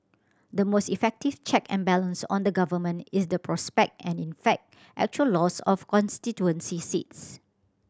the most effective check and balance on the Government is the prospect and in fact actual loss of constituency seats